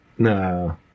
No